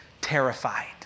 terrified